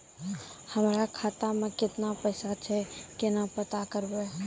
हमरा खाता मे केतना पैसा छै, केना पता करबै?